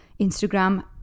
Instagram